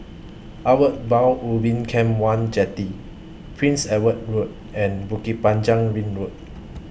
Outward Bound Ubin Camp one Jetty Prince Edward Road and Bukit Panjang Ring Road